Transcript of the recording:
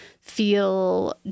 feel